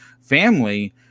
family